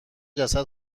جسد